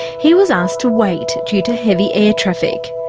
he was asked to wait due to heavy air traffic.